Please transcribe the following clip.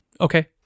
Okay